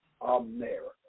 America